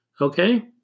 okay